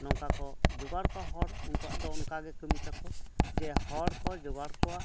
ᱱᱚᱝᱠᱟ ᱠᱚ ᱡᱳᱜᱟᱲ ᱠᱚᱣᱟ ᱦᱚᱲ ᱩᱱᱠᱚᱣᱟᱜ ᱫᱚ ᱚᱱᱠᱟᱜᱮ ᱠᱟᱹᱢᱤ ᱛᱟᱠᱚ ᱡᱮ ᱦᱚᱲᱠᱚ ᱡᱳᱜᱟᱲ ᱠᱚᱣᱟ